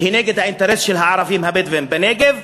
היא נגד האינטרס של הערבים הבדואים בנגב,